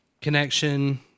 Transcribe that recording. connection